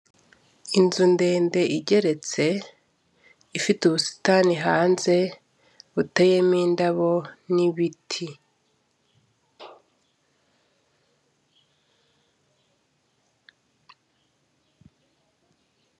Inzu ndende igeretse ifite ubusitani hanze buteyemo indabo n'ibiti.